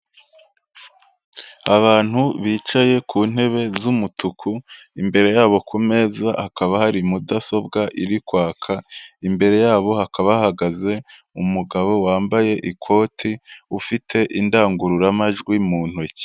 Abantu bicaye ku ntebe z'umutuku, imbere yabo ku meza hakaba hari mudasobwa iri kwaka, imbere yabo hakaba hahagaze umugabo wambaye ikoti ufite indangururamajwi mu ntoki.